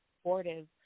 supportive